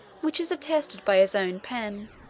which is attested by his own pen,